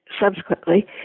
subsequently